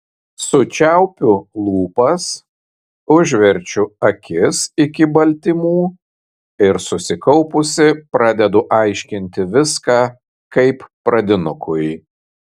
sučiaupiu lūpas užverčiu akis iki baltymų ir susikaupusi pradedu aiškinti viską kaip pradinukui